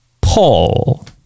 paul